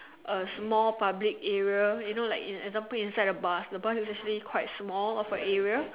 a small public area you know like in example inside the bus the bus is actually quite small of a area